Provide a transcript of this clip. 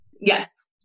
Yes